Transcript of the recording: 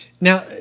Now